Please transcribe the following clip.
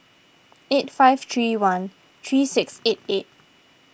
eight five three one three six eight eight